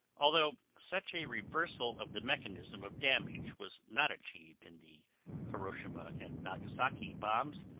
although such a reversal of the mechanism of damage was not achieved in the hiroshima and nagasaki bombs,